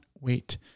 wait